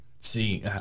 see